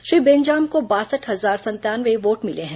श्री बेंजाम को बासठ हजार संतानवे वोट मिले हैं